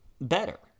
better